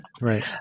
right